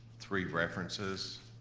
three references,